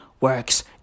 works